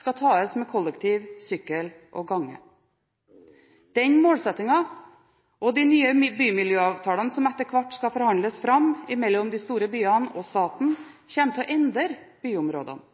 skal tas med kollektivtransport, med sykkel og gange. Denne målsettingen, og de nye bymiljøavtalene som etter hvert skal forhandles fram mellom de store byene og staten, kommer til å endre byområdene.